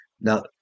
now